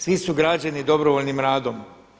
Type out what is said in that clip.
Svi su građeni dobrovoljnim radom.